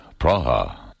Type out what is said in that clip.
Praha